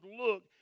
look